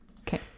okay